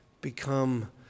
become